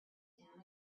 town